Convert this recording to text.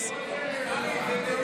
הוא אף פעם לא יודע.